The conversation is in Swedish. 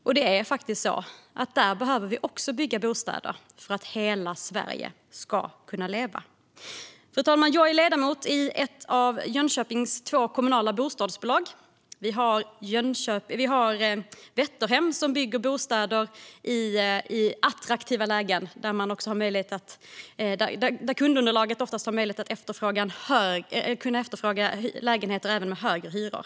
Där behöver bostäder också byggas för att hela Sverige ska kunna leva. Fru talman! Jag är ledamot i ett av Jönköpings två kommunala bostadsbolag. Vi har Vätterhem som bygger bostäder i attraktiva lägen. Där har kundunderlaget oftast möjlighet att efterfråga lägenheter även med högre hyror.